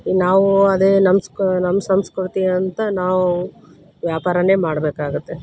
ಈ ನಾವೂ ಅದೇ ನಮ್ಮ ಸ್ಕ ನಮ್ಮ ಸಂಸ್ಕೃತಿ ಅಂತ ನಾವು ವ್ಯಾಪಾರನೇ ಮಾಡಬೇಕಾಗತ್ತೆ